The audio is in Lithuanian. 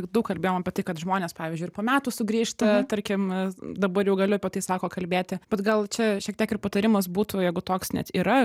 daug kalbėjom apie tai kad žmonės pavyzdžiui ir po metų sugrįžta tarkim dabar jau galiu apie tai sako kalbėti bet gal čia šiek tiek ir patarimas būtų jeigu toks net yra